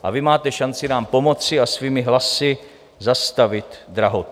A vy máte šanci nám pomoci a svými hlasy zastavit drahotu.